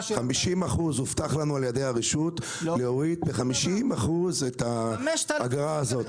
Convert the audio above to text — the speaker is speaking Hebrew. הובטח לנו להוריד ב-50% את האגרה הזאת.